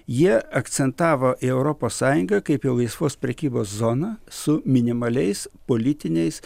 jie akcentavo europos sąjungą kaip į laisvos prekybos zoną su minimaliais politiniais